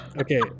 okay